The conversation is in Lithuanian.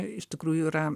iš tikrųjų yra